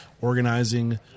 organizing